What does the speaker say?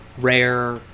rare